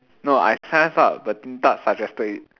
no I signed us up but Din-Tat suggested it